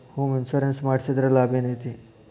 Home insurance ಮಡ್ಸಿದ್ರ ಲಾಭೆನೈತಿ?